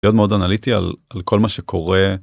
להיות מאוד אנליטי על כל מה שקורה.